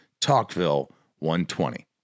talkville120